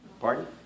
Pardon